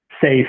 safe